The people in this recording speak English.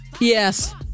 Yes